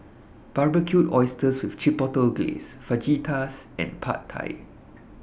Barbecued Oysters with Chipotle Glaze Fajitas and Pad Thai